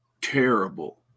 terrible